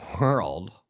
world